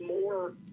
more